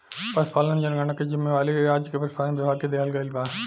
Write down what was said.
पसुपालन जनगणना के जिम्मेवारी राज्य के पसुपालन विभाग के दिहल गइल बा